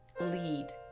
lead